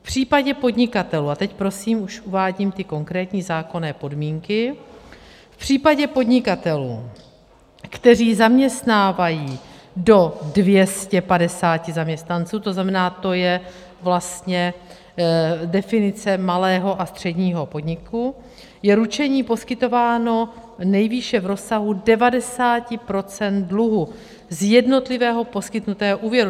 V případě podnikatelů a teď prosím už uvádím ty konkrétní zákonné podmínky v případě podnikatelů, kteří zaměstnávají do 250 zaměstnanců, to znamená, že to je vlastně definice malého a středního podniku, je ručení poskytováno nejvýše v rozsahu 90 % dluhu z jednotlivého poskytnutého úvěru.